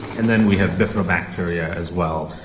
and then we have bifidobacteria as well.